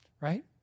right